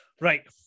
right